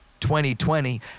2020